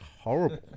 horrible